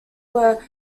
were